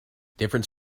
different